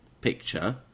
picture